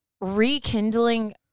rekindling